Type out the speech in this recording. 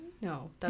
No